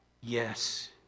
yes